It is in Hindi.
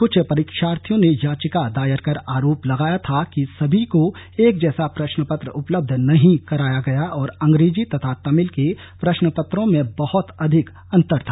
कुछ परीक्षार्थियों ने याचिका दायर कर आरोप लगाया था कि सभी को एक जैसा प्रश्नपत्र उपलब्ध नहीं कराया गया और अंग्रेजी तथा तमिल के प्रश्नपत्रों में बहत अधिक अन्तर था